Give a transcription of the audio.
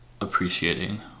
appreciating